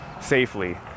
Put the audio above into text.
safely